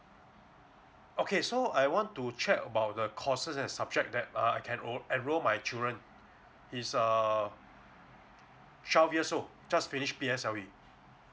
okay so I want to check about the courses and subject that uh I can enrol enrol my children he's uh twelve years old just finished P_S_L_E